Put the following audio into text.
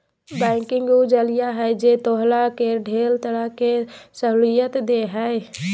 banking उ जरिया है जे तोहरा के ढेर तरह के सहूलियत देह हइ